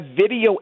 video